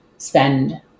spend